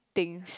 things